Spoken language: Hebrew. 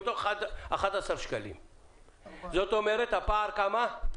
ביצה עד 2021. לפי מה שביקש היושב-ראש,